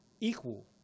equal